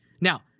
Now